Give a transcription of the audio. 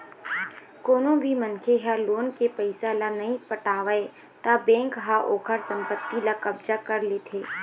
कोनो भी मनखे ह लोन के पइसा ल नइ पटावय त बेंक ह ओखर संपत्ति ल कब्जा कर लेथे